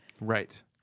Right